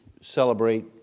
celebrate